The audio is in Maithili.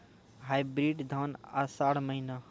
हाइब्रिड धान आषाढ़ महीना?